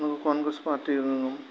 നിങ്ങൾ കോൺഗ്രസ് പാർട്ടിയിൽ നിന്നും